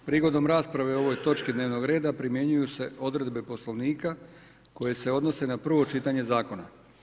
Prigodom rasprave o ovoj točki dnevnog reda primjenjuju se odredbe Poslovnika koje se odnose na prvo čitanje zakona.